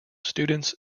students